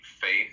faith